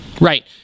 Right